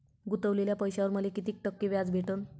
गुतवलेल्या पैशावर मले कितीक टक्के व्याज भेटन?